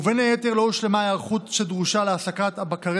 ובין היתר לא הושלמה ההיערכות שדרושה להעסקת הבקרים